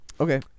okay